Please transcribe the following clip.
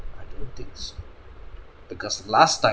I don't think so because last time